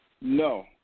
No